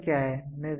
precision क्या है